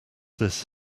this